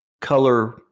color